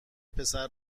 پسر